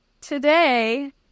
today